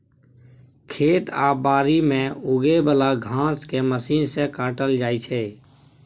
खेत आ बारी मे उगे बला घांस केँ मशीन सँ काटल जाइ छै